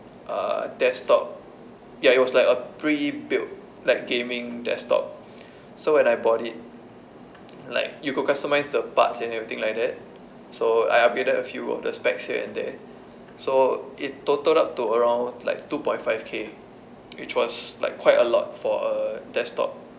uh desktop ya it was like a pre built like gaming desktop so when I bought it like you could customise the parts and everything like that so I upgraded a few of the specs here and there so it totalled up to around like two point five K which was like quite a lot for a desktop